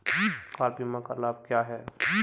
Car बीमा का क्या लाभ है?